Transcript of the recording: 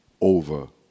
over